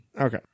Okay